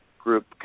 group